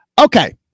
okay